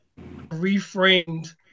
reframed